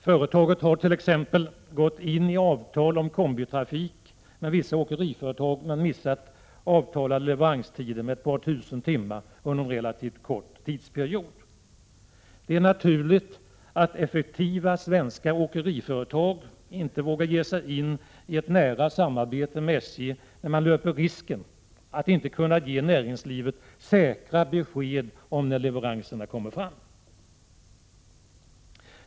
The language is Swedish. Företaget har t.ex. ingått avtal om kombitrafik med vissa åkeriföretag, men missat avtalade leveranstider med ett par tusen timmar under en relativt kort period. Det är naturligt att effektiva svenska åkeriföretag inte vågar ge sig in i ett nära samarbete med SJ när man löper risken att inte kunna ge näringslivet säkra besked om när leveranserna kommer fram.